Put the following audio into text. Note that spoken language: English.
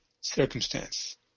circumstance